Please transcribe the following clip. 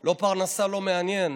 לא פרנסה, לא מעניין.